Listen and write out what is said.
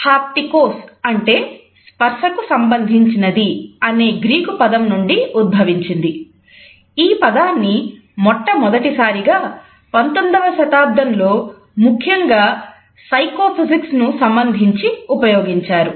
haptics ను సంబంధించి ఉపయోగించారు